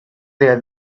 their